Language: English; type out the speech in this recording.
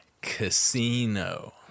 casino